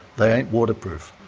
they ain't waterproof.